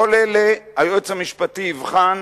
את כל אלה היועץ המשפטי יבחן.